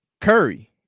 Curry